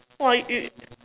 !wah! you